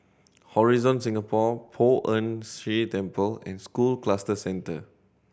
Horizon Singapore Poh Ern Shih Temple and School Cluster Centre